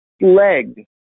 leg